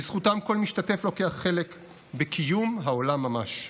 בזכותם כל משתתף לוקח חלק בקיום העולם ממש.